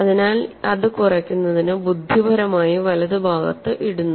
അതിനാൽ അത് കുറയ്ക്കുന്നതിന് ബുദ്ധിപരമായി വലതുഭാഗത്ത് ഇടുന്നു